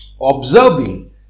observing